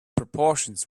proportions